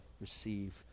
receive